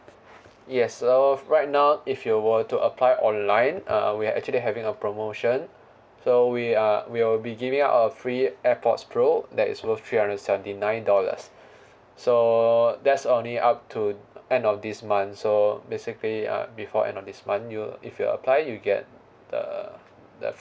yes so right now if you were to apply online uh we're actually having a promotion so we uh we will be giving out a free AirPods pro that is worth three hundred seventy nine dollars so that's all only up to end of this month so basically ya before end of this month you if you apply you get the the